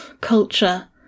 culture